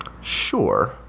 Sure